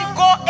go